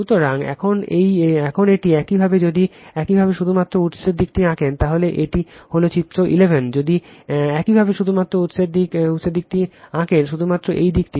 সুতরাং এখন এটি একইভাবে যদি একইভাবে শুধুমাত্র উৎসের দিকটি আঁকেন তাহলে এটি হল চিত্র 11 যদি একইভাবে শুধুমাত্র উৎসের দিকটি আঁকেন শুধুমাত্র এই দিকটি